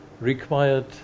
required